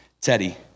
Teddy